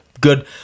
good